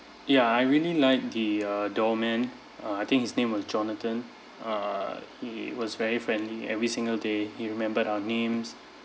ya I really like the uh doorman uh I think his name was jonathan err he was very friendly every single day he remembered our names